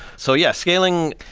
so yes, scaling,